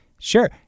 Sure